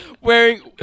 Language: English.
Wearing